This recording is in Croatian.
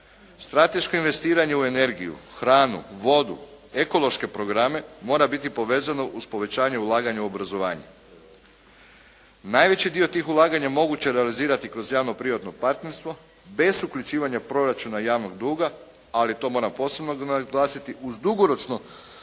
Strateško investiranje u energiju, hranu, vodu, ekološke programe mora biti povezano uz povećanje ulaganja u obrazovanje. Najveći dio tih ulaganja moguće je realizirati kroz javno privatno partnerstvo bez uključivanja proračuna javnog duga, ali to moram posebno naglasiti uz dugoročno zaduživanje